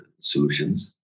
solutions